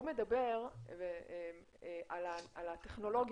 הוא מדבר על הטכנולוגיות.